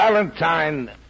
Valentine